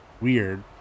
Weird